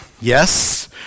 Yes